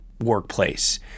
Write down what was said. workplace